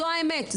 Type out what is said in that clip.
זו האמת,